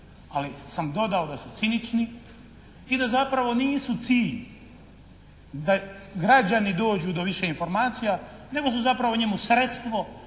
ali sam dodao da su cinični i da zapravo nisu cilj da građani dođu do više informacija nego su zapravo njemu sredstvo